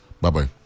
Bye-bye